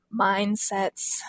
mindsets